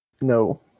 No